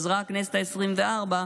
התפזרה הכנסת העשרים וארבע,